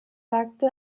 sagte